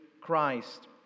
Christ